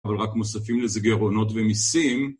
אבל רק נוספים לזה גירעונות ומיסים